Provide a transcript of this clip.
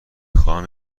خواهم